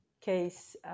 case